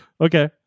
Okay